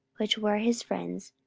which were his friends,